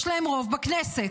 יש להם רוב בכנסת,